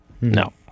No